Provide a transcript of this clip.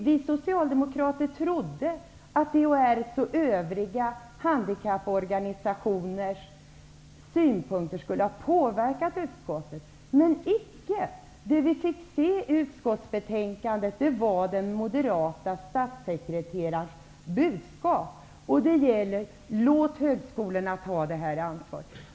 Vi Socialdemokrater trodde att handikapporganisationernas synpunkter skulle ha påverkat utskottet -- men icke! Vad som framgår i betänkandet är den moderata statssekreterarens budskap, nämligen att högskolorna skall ta ansvaret.